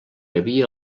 havia